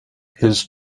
his